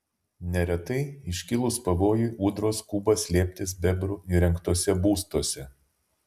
neretai iškilus pavojui ūdros skuba slėptis bebrų įrengtuose būstuose